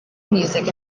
music